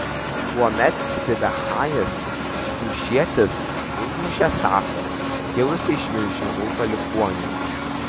tuomet sibechajas hušietis užmušė safą kilusį iš milžinų palikuonių